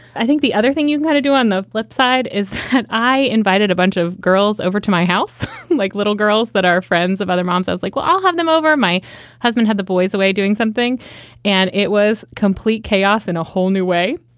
i think the other thing you got to do on the flipside is that i invited a bunch of girls over to my house like little girls that are friends of other moms. i was like, well, i'll have them over. my husband had the boys away doing something and it was complete chaos in a whole new way.